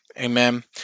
Amen